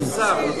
בבקשה, אדוני.